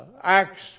acts